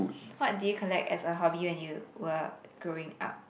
what do you collect as a hobby when you were growing up